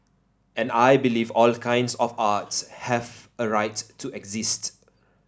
and I believe all kinds of art have a right to exist